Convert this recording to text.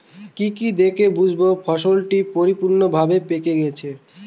কি কি দেখে বুঝব ফসলটি পরিপূর্ণভাবে পেকে গেছে?